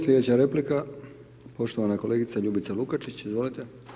Sljedeća replika poštovana kolegica Ljubica Lukačić, izvolite.